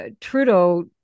Trudeau